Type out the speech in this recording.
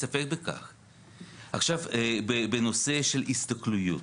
עכשיו, בנושא של הסתכלויות: